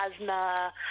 asthma